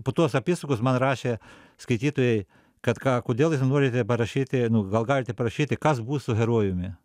po tos apysakos man rašė skaitytojai kad ką kodėl jūs norite parašyti gal galite parašyti kas bus su herojumi